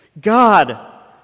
God